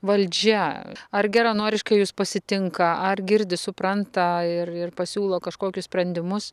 valdžia ar geranoriškai jus pasitinka ar girdi supranta ir ir pasiūlo kažkokius sprendimus